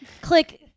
click